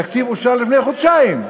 התקציב אושר לפני חודשיים.